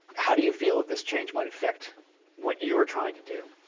how do you feel this change might affect what you are trying to do,